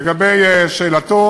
לגבי שאלתו